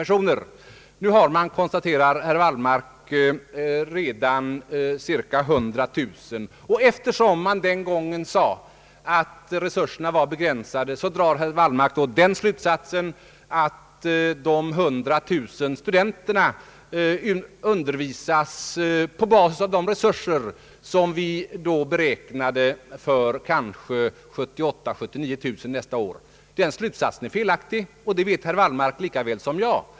Nu finns det redan — som herr Wallmark sade — cirka 100 000 studerande. Herr Wallmark drar nu — med utgångspunkt från att tidigare sagts att resurserna var begränsade — den slut satsen att dagens 100 000 studenter undervisas på basis av de resurser som vi då beräknade skulle gälla för ett antal av mellan 78 000 och 79 000 studenter nästa år. Den slutsatsen är felaktig, det vet herr Wallmark lika väl som jag.